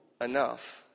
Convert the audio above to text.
enough